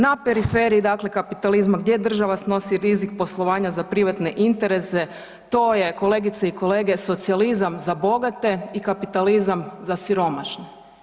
Na periferiji kapitalizma gdje država snosi rizik poslovanja za privatne interese, to je kolegice i kolege socijalizam za bogate i kapitalizam za siromašne.